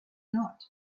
not